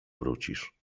wrócisz